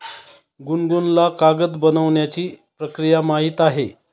गुनगुनला कागद बनवण्याची प्रक्रिया माहीत आहे